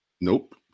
Nope